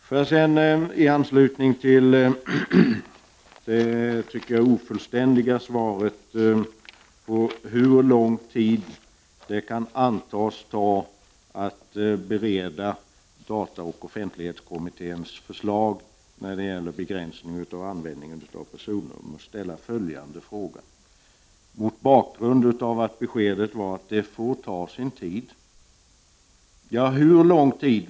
Får jag sedan ställa några frågor i anslutning till det som jag tycker ofullständiga svaret på hur lång tid det kan antas ta att bereda dataoch offentlighetskommitténs förslag när det gäller begränsningen av användningen av personnummer. Beskedet var att det får ta sin tid. Hur lång tid?